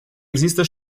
există